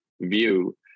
view